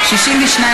ראשונה.